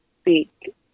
speak